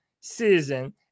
season